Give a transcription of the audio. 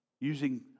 using